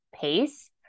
pace